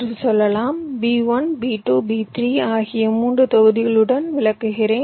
B1 B2 B3 ஆகிய 3 தொகுதிகளுடன் விளக்குகிறேன்